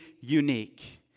unique